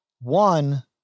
One